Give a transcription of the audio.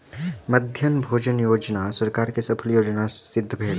मध्याह्न भोजन योजना सरकार के सफल योजना सिद्ध भेल